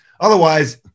otherwise –